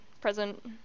present